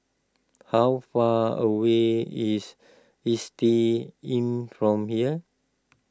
how far away is Istay Inn from here